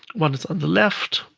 one is on the left,